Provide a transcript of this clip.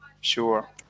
sure